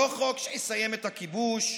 לא חוק שיסיים את הכיבוש.